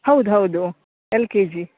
ಹೌದು ಹೌದು L K G